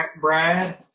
Brad –